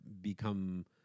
become